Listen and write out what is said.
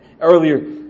earlier